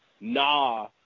nah